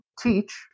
teach